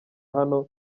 hano